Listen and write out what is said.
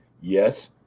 Yes